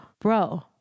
bro